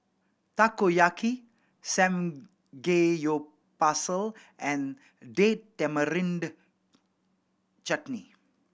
Takoyaki Samgeyopsal and Date Tamarind Chutney